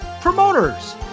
Promoters